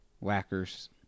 whackers